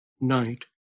night